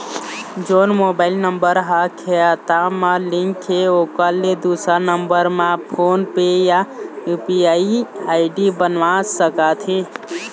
जोन mobile number हा खाता मा लिन्क हे ओकर ले दुसर नंबर मा फोन पे या यू.पी.आई आई.डी बनवाए सका थे?